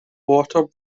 water